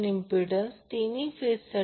8 ची गणना देखील केली आहे